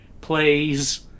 plays